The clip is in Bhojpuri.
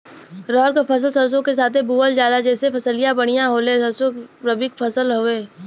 रहर क फसल सरसो के साथे बुवल जाले जैसे फसलिया बढ़िया होले सरसो रबीक फसल हवौ